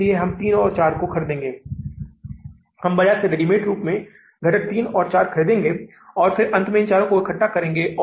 इसलिए 318000 उधारों के इस आंकड़े से हम जुलाई के अंत में 212000 रुपये वापस कर चुके हैं इसलिए अगस्त के महीने में 106000 का शेष बचा है